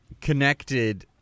connected